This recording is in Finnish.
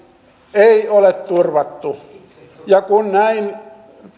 ei ole turvattu ja kun näin